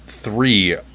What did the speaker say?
three